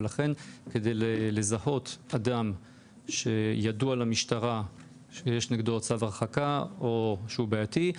לכן כדי לזהות אדם שידוע למשטרה שיש נגדו צו הרחקה או שהוא בעייתי,